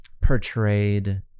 Portrayed